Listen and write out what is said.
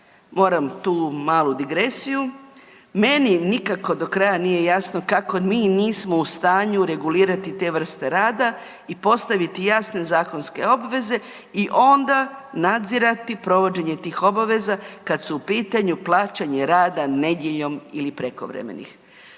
Moram tu malu digresiju meni nikako do kraja nije jasno kako mi nismo u stanju regulirati te vrste rada i postaviti jasne zakonske obveze i onda nadzirati provođenje tih obaveza kad su u pitanju plaćanje rada nedjeljom ili prekovremenih.